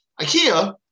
Ikea